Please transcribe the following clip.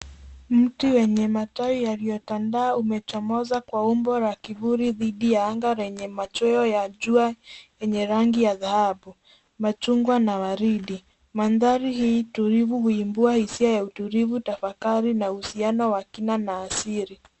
Mti wenye matawi yaliyotandaa umechomoza kwa umbo wa kiburi dhidi ya anga lenye machweo ya jua yenye rangi ya dhahabu, machungwa na waridi. Mandhari hii tulivu huibua hisia utulivu, tafakari na uhusiano wa kina na asili.